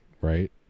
Right